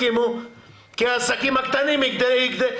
רשימת השמות של העובדים שהגישו בקשה לשיפוי,